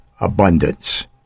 abundance